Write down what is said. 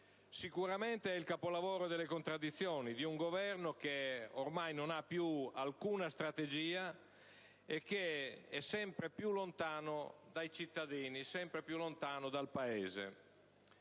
Sicuramente è il capolavoro delle contraddizioni, di un Governo che ormai non ha più alcuna strategia e che è sempre più lontano dai cittadini e dal Paese.